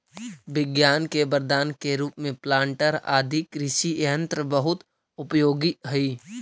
विज्ञान के वरदान के रूप में प्लांटर आदि कृषि यन्त्र बहुत उपयोगी हई